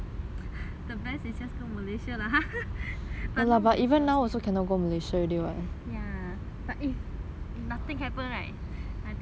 lah ya but if nothing happened right I think I would want to go